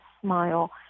smile